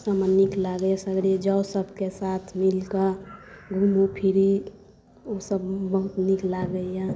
एहि सबमे नीक लागैए सगरे जाउ सबके साथ मिलिकऽ घूमू फिरी ओसब बहुत नीक लागैए